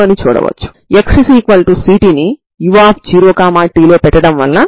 X రూపంలో వుంటుంది దీని నుండి 1